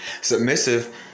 Submissive